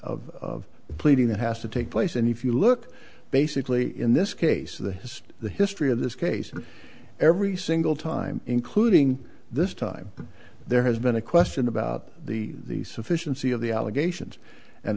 level of pleading that has to take place and if you look basically in this case the has the history of this case every single time including this time there has been a question about the sufficiency of the allegations and